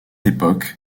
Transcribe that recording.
époque